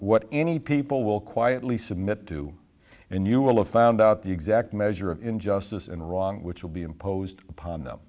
what any people will quietly submit to and you will of found out the exact measure of injustice and wrong which will be imposed upon them